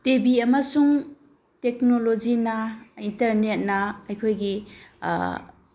T V ꯑꯃꯁꯨꯡ ꯇꯦꯛꯅꯣꯂꯣꯖꯤꯅ ꯏꯟꯇꯔꯅꯦꯠꯅ ꯑꯩꯈꯣꯏꯒꯤ